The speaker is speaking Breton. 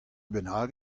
bennak